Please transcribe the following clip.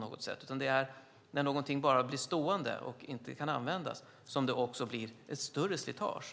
Det är när någonting bara blir stående och inte kan användas som det blir ett större slitage.